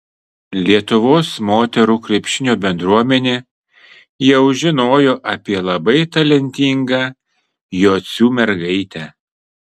lietuvos moterų krepšinio bendruomenė jau žinojo apie labai talentingą jocių mergaitę